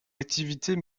activités